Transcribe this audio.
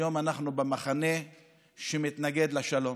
היום אנחנו במחנה שמתנגד לשלום.